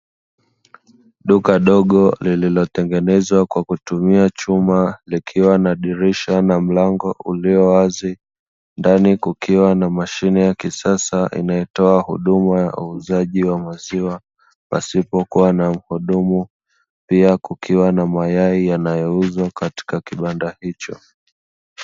Duka dogo lililotengenezwa kwa kutumia chuma, likiwa na dirisha na mlango uliowazi, ndani kukiwa na mashine ya kisasa inayotoa huduma ya uuzaji wa maziwa pasipo kuwa na muhudumu pia kukiwa na mayai yanayouzwa katika kibanda hicho.